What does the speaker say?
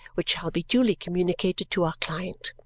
which shall be duly communicated to our client.